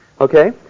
Okay